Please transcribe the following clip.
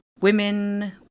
women